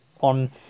on